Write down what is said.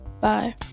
Bye